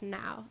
now